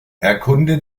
erkunde